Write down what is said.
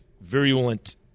virulent